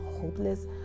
hopeless